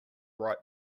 ripe